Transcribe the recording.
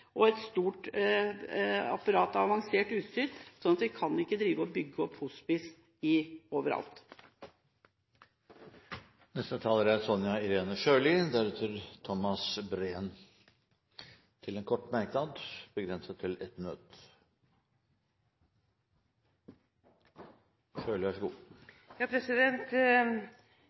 og et stort apparat og avansert utstyr, så vi kan ikke bygge ut hospice over alt. Sonja Irene Sjøli har hatt ordet to ganger og får ordet til en kort merknad, begrenset til